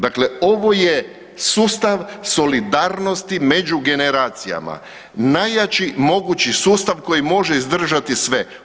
Dakle, ovo je sustav solidarnosti među generacijama, najjači mogući sustav koji može izdržati sve.